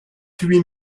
huit